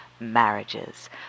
marriages